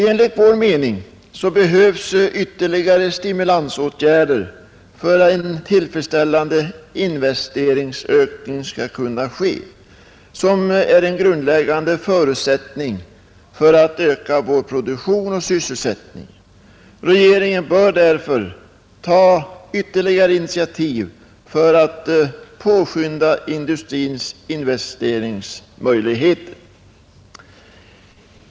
Enligt vår mening behövs ytterligare stimulansåtgärder för att en tillfredsställande investeringsökning skall ske, vilket är en grundläggande förutsättning för en ökning av vår produktion och sysselsättning. Regeringen bör därför ta ytterligare initiativ för att påskynda industrins investeringar.